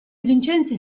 vincenzi